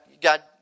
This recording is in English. God